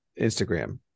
Instagram